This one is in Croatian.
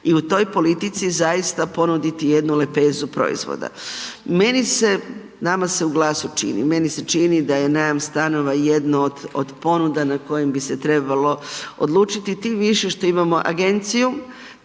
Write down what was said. I u toj politici zaista ponuditi jednu lepezu proizvoda. Meni se, nama je u GLAS-u čini, meni se čini da je najam stanova jedno od ponuda na kojim se trebalo odlučiti, tim više što imamo agenciju,